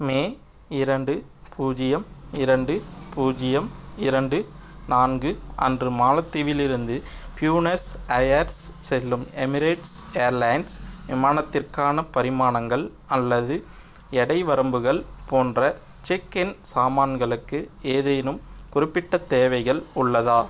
மே இரண்டு பூஜ்ஜியம் இரண்டு பூஜ்ஜியம் இரண்டு நான்கு அன்று மாலத்தீவிலிருந்து பியூனஸ் அயர்ஸ் செல்லும் எமிரேட்ஸ் ஏர்லைன்ஸ் விமானத்திற்கான பரிமாணங்கள் அல்லது எடை வரம்புகள் போன்ற செக் இன் சாமான்களுக்கு ஏதேனும் குறிப்பிட்ட தேவைகள் உள்ளதா